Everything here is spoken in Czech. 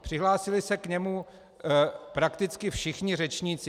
Přihlásili se k němu prakticky všichni řečníci.